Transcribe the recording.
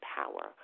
power